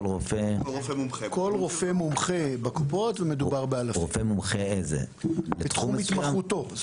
רופא מומחה בקופות ומדובר באלפים בתחום התמחותו.